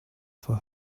for